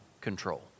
control